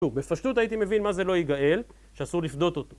בפשטות הייתי מבין מה זה לא ייגאל, שאסור לפדות אותו